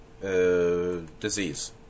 disease